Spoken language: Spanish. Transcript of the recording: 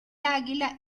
águila